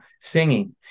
singing